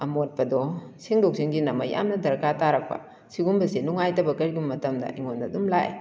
ꯑꯃꯣꯠꯄꯗꯣ ꯁꯦꯡꯗꯣꯛ ꯁꯦꯡꯖꯤꯟ ꯑꯃ ꯌꯥꯝꯅ ꯗꯔꯀꯥꯔ ꯇꯥꯔꯛꯄ ꯁꯤꯒꯨꯝꯕꯁꯦ ꯅꯨꯡꯉꯥꯏꯇꯕ ꯀꯔꯤꯒꯨꯝꯕ ꯃꯇꯝꯗ ꯑꯩꯉꯣꯟꯗ ꯑꯗꯨꯝ ꯂꯥꯛꯦ